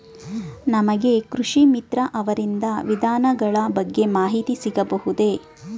ನಮಗೆ ಕೃಷಿ ಮಿತ್ರ ಅವರಿಂದ ವಿಧಾನಗಳ ಬಗ್ಗೆ ಮಾಹಿತಿ ಸಿಗಬಹುದೇ?